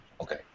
okay